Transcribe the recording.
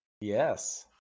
yes